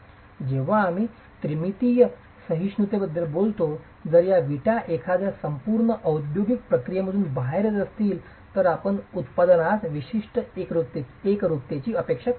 जेव्हा आम्ही त्रिमितीय सहिष्णुतेबद्दल बोलतो जर या विटा एखाद्या संपूर्ण औद्योगिक प्रक्रियेमधून बाहेर येत असतील तर आपण उत्पादनास विशिष्ट एकरुपतेची अपेक्षा करू शकता